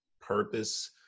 purpose